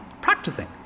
practicing